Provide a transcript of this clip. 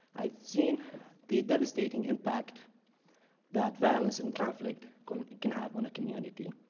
i've seen the devastating impact that violence and conflict can can have on a community.